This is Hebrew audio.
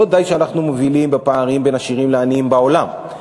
לא די שאנחנו מובילים בפערים בין עשירים לעניים בעולם.